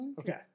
Okay